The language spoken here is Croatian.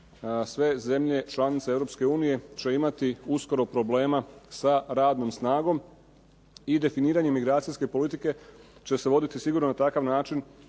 sve zemlje članice Europske unije će imati uskoro problema sa radnom snagom i definiranje emigracijske politike će se voditi sigurno na takav način